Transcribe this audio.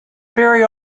very